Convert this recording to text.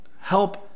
help